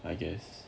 I guess